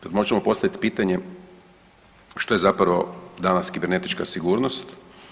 Sad možemo postavit pitanje što je zapravo danas kibernetička sigurnost?